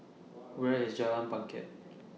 Where IS Jalan Bangket